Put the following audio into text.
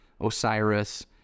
osiris